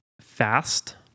Fast